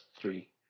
three